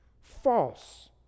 False